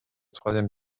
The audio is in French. troisième